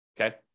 Okay